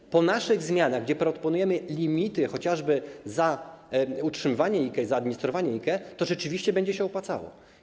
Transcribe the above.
Po wprowadzeniu naszych zmian, gdzie proponujemy limity chociażby za utrzymywanie IKE, za administrowanie IKE, to rzeczywiście będzie się opłacało.